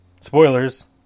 spoilers